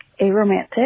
aromantic